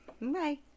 bye